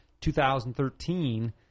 2013